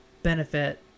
benefit